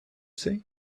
say